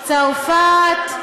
צרפת,